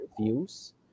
views